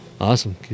awesome